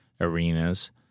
Arenas